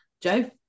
Joe